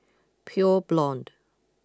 Pure Blonde